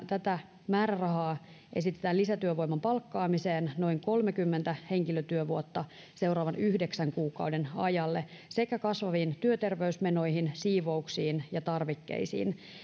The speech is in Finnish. tätä määrärahaa esitetään lisätyövoiman palkkaamiseen noin kolmekymmentä henkilötyövuotta seuraavan yhdeksän kuukauden ajalle sekä kasvaviin työterveysmenoihin siivouksiin ja tarvikkeisiin